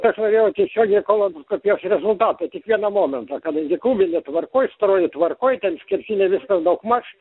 aš norėjau tiesiogiai kolonoskopijos rezultatų tik vieną momentą kadangi kubinė tvarkoj storoji tvarkoj ten skersinė viskas daugmaž